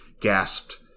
gasped